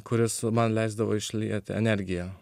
kuris man leisdavo išlieti energiją